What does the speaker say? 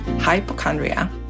hypochondria